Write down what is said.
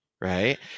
Right